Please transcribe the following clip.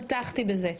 פתחתי בזה.